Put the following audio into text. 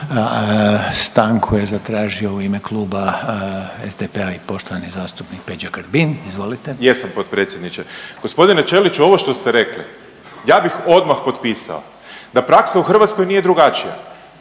Stanku je zatražio u ime Kluba SDP-a i poštovani zastupnik Peđa Grbin. Izvolite. **Grbin, Peđa (SDP)** Jeste potpredsjedniče. G. Ćeliću, ovo što ste rekli, ja bih odmah potpisao, da praksa u Hrvatskoj nije drugačija.